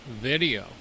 video